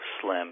slim